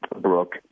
Brooke